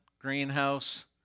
greenhouse